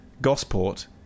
Gosport